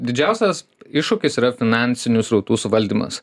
didžiausias iššūkis yra finansinių srautų suvaldymas